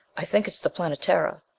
i think it's the planetara.